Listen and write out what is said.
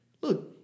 look